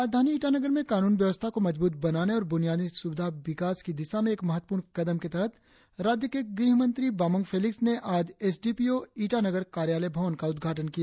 राजधानी ईटानगर में कानून व्यवस्था को मजबूत बनाने और बुनियादी सुविधा विकास की दिशा में एक महत्वपूर्ण कदम के तहत राज्य के गृह मंत्री बामांग फेलिक्स ने आज S D P O Itanagar कार्यालय भवन का उद्घाटन किया